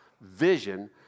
vision